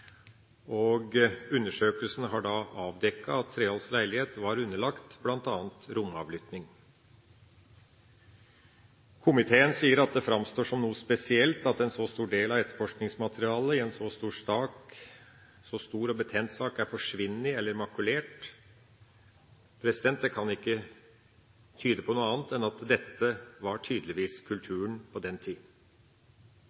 Undersøkelsen har avdekket at Treholts leilighet var underlagt bl.a. romavlytting. Komiteen sier at det framstår som noe spesielt at en så stor del av etterforskningsmaterialet i en så stor og betent sak er forsvunnet eller makulert. Det kan ikke tyde på noe annet enn at dette tydeligvis var